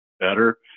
better